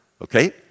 Okay